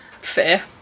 Fair